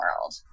world